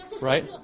right